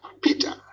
Peter